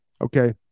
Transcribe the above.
Okay